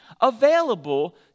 available